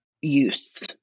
use